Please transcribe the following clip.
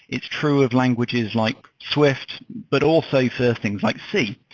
it's true of languages like swift but also for things like c.